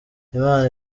imana